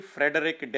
Frederick